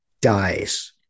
dies